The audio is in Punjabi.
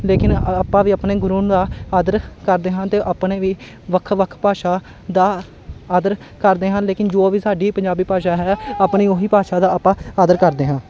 ਲੇਕਿਨ ਆਪਾਂ ਵੀ ਆਪਣੇ ਗੁਰੂ ਦਾ ਆਦਰ ਕਰਦੇ ਹਾਂ ਅਤੇ ਆਪਣੇ ਵੀ ਵੱਖ ਵੱਖ ਭਾਸ਼ਾ ਦਾ ਆਦਰ ਕਰਦੇ ਹਨ ਲੇਕਿਨ ਜੋ ਵੀ ਸਾਡੀ ਪੰਜਾਬੀ ਭਾਸ਼ਾ ਹੈ ਆਪਣੀ ਉਹੀ ਭਾਸ਼ਾ ਦਾ ਆਪਾਂ ਆਦਰ ਕਰਦੇ ਹਾਂ